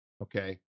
Okay